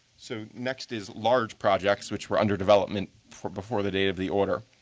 so next is large projects, which were under development before the day of the order.